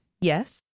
Yes